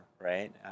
right